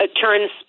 turns